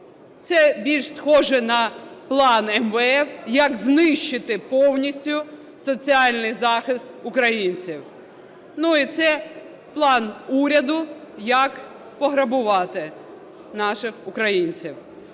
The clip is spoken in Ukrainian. Це більш схоже на план МВФ, як знищити повністю соціальний захист українців. І це план уряду, як пограбувати наших українців.